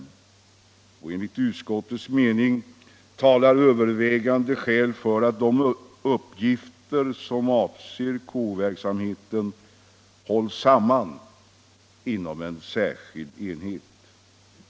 Enligt utskottets mening talar övervägande skäl för att de uppgifter som avser KO-verksamheten hålls samman inom en särskild enhet.